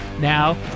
now